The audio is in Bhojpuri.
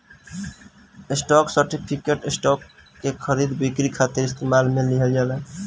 स्टॉक सर्टिफिकेट, स्टॉक के खरीद बिक्री खातिर इस्तेमाल में लिहल जाला